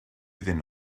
iddyn